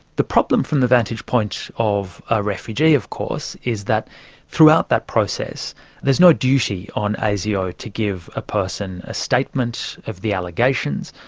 the problem from the vantage point of a refugee, of course, is that throughout that process there's no duty on asio to give a person a statement of the allegations,